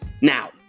Now